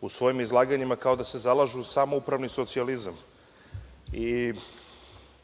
u svojim izlaganjima kao da se zalažu za upravni socijalizam.